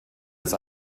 als